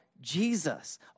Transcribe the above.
Jesus